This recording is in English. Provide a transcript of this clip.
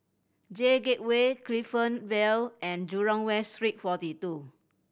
J Gateway Clifton Vale and Jurong West Street Forty Two